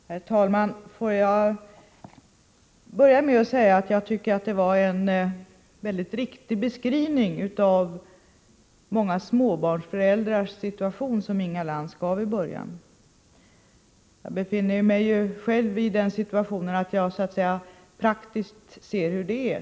Herr talman! Jag vill börja med att säga att jag tycker det var en mycket riktig beskrivning av många småbarnsföräldrars situation som Inga Lantz gav i början av sitt anförande. Jag befinner mig själv i den situationen att jag praktiskt ser hur det är.